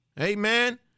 amen